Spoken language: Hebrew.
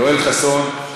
יואל חסון,